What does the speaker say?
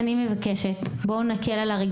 להלן תרגומם: אני מבקשת שנקל על הרגולציה,